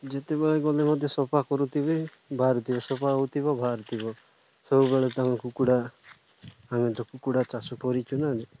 ଯେତେବେଳେ ଗଲେ ମଧ୍ୟ ସଫା କରୁଥିବେ ବାହାରୁଥିବ ସଫା ହଉଥିବ ବାହାରୁଥିବ ସବୁବେଳେ ତମେ କୁକୁଡ଼ା ଆମେ ତ କୁକୁଡ଼ା ଚାଷ କରିଛୁ ନା